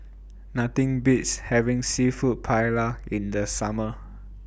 Nothing Beats having Seafood Paella in The Summer